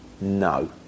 No